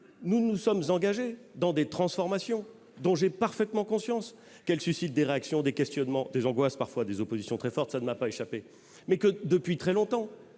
nous nous sommes engagés dans des transformations dont j'ai parfaitement conscience qu'elles suscitent des réactions, des questionnements, des angoisses, parfois des oppositions très fortes, mais auxquelles il était